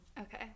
okay